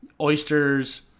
Oysters